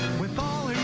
with all